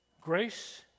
grace